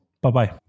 Bye-bye